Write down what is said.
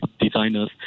designers